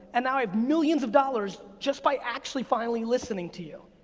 and now i have millions of dollars just by actually finally listening to you.